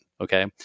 Okay